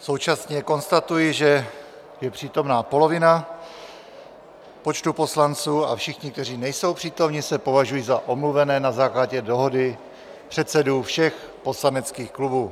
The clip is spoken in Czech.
Současně konstatuji, že je přítomna polovina počtu poslanců, a všichni, kteří nejsou přítomni, se považují za omluvené na základě dohody předsedů všech poslaneckých klubů.